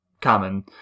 common